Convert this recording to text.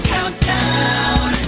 Countdown